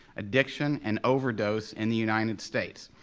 addiction, and overdose in the united states.